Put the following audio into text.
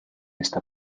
esta